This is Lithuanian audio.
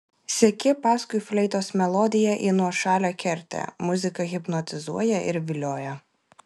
seki paskui fleitos melodiją į nuošalią kertę muzika hipnotizuoja ir vilioja